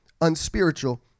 unspiritual